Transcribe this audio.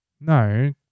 No